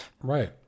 Right